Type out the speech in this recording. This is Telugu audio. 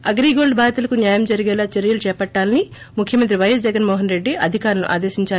అగ్రిగోల్ల్ బాధితులకు న్యాయం జరిగేలా చర్యలు చేపట్లాలని ముఖ్యమంత్రి పైఎస్ జగన్మోహన్రెడ్డి అధికారులను ఆదేశిందారు